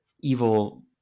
evil